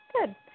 Good